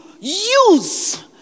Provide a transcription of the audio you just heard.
use